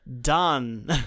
done